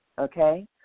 Okay